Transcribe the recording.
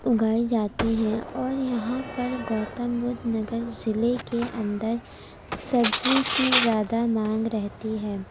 اگائی جاتی ہیں اور یہاں پر گوتم بدھ نگر ضلعے کے اندر سبزی کی زیادہ مانگ رہتی ہے